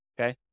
okay